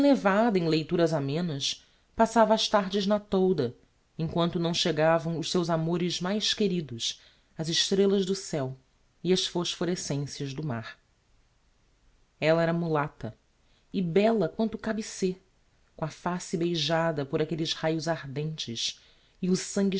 em leituras amenas passava as tardes na tolda em quanto não chegavam os seus amores mais queridos as estrellas do céo e as phosphorescencias do mar ella era mulata e bella quanto cabe ser com a face beijada por aquelles raios ardentes e o sangue